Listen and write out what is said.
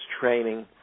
training